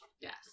Yes